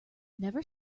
never